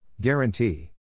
Guarantee